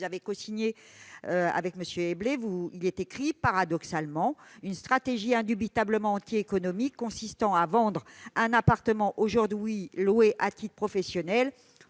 vous avez cosigné avec M. Éblé ; il y est écrit :« Paradoxalement, une stratégie indubitablement antiéconomique consistant à vendre un appartement aujourd'hui loué à titre professionnel